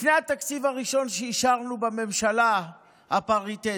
לפני התקציב הראשון שאישרנו, בממשלה הפריטטית,